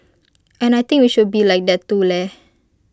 and I think we should be like that too leh